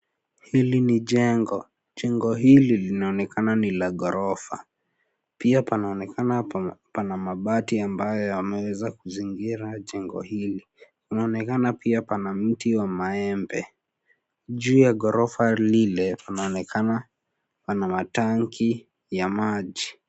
Hili ni jengo, jengo hili linaonekana ni la ghorofa, pia panaonekana pana, pana mabati ambayo yameweza kuzingira jengo hili, panaonekana pia pana mti wa maembe, juu ya ghorofa lile panaonekana, pana matanki, ya maji.